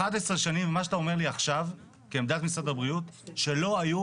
ומה שאתה אומר לי עכשיו כעמדת משרד הבריאות שלא היו